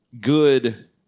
good